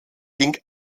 ging